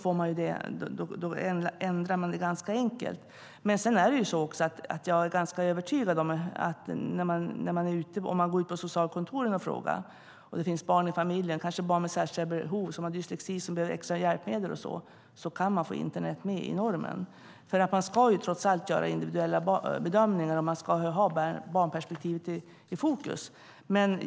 Då ändrar man det ganska enkelt. Jag är ganska övertygad om att om man frågar på socialkontoret och det finns barn i familjen, till exempel barn med särskilda behov, som har dyslexi och behöver extra hjälpmedel, kan man få internet med i normen. Man ska trots allt göra individuella bedömningar, och man ska ha barnperspektivet i fokus.